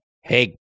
Hey